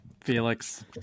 Felix